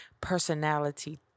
personality